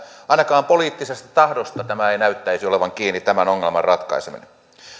ainakaan poliittisesta tahdosta tämä ei näyttäisi olevan kiinni tämän ongelman ratkaiseminen